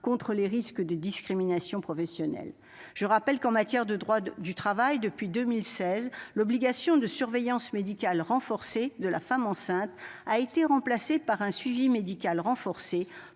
contre les risques de discrimination professionnelle. Je rappelle qu'en matière de droit du travail depuis 2016 l'obligation de surveillance médicale renforcée de la femme enceinte a été remplacé par un suivi médical renforcé